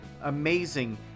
amazing